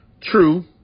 True